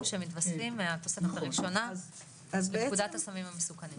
שמתווספים מהתוספת הראשונה לפקודת הסמים המסוכנים.